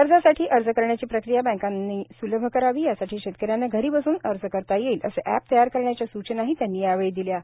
कर्जासाठी अर्ज करण्याची प्रक्रिया बँकांनी स्लभ करावी यासाठी शेतकऱ्यांना घरी बसून अर्ज करता येईल असे अँप तयार करण्याच्या सूचनाही त्यांनी यावेळी दिल्यात